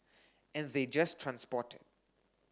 and they just transport it